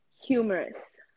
humorous